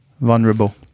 vulnerable